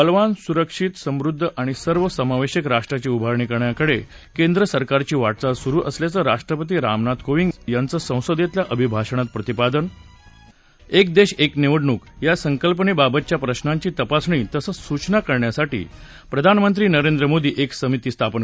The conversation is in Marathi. बलवान सुरक्षित समृद्ध आणि सर्वसमावेशक राष्ट्राची उभारणी करण्याकडे केंद्र सरकारची वाटचाल सुरु असल्याचं राष्ट्रपती रामनाथ कोविंद यांचं संसदेतल्या अभिभाषणात प्रतिपादन एक देश एक निवडणूक या संकल्पनेबाबतच्या प्रशांची तपासणी तसंच सूचना करण्यासाठी प्रधानमंत्री नरेंद्र मोदी एक समिती स्थापन